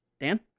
Dan